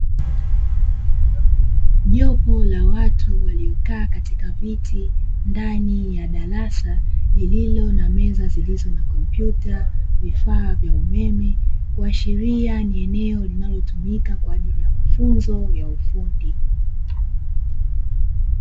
Jopo la watu waliokaa katika viti ndani ya darasa lililo na meza zilizo na kompyuta, vifaa vya umeme, kuashiria ni eneo linalotumika kwa ajili ya mafunzo ya ufundi.